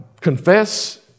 confess